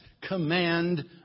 command